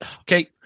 Okay